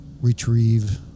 retrieve